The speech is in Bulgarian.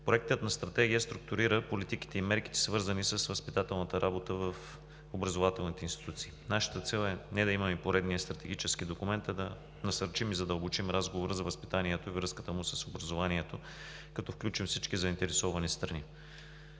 Проектът на стратегия структурира политиките и мерките, свързани с възпитателната работа в образователните институции. Нашата цел е не да имаме поредния стратегически документ, а да насърчим и задълбочим разговора за възпитанието и връзката му с образованието, като включим всички заинтересовани страни.